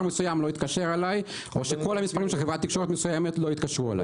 מסוים לא יתקשר אליי או שכל המספרים של חברת תקשורת מסוימת לא יתקשרו אלי.